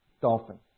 dolphin